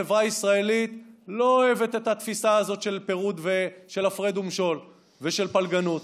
והחברה הישראלית לא אוהבת את התפיסה הזאת של הפרד ומשול ושל פלגנות.